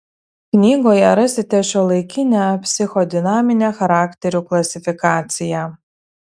knygoje rasite šiuolaikinę psichodinaminę charakterių klasifikaciją